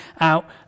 out